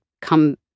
come